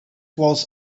was